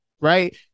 Right